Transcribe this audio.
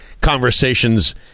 conversations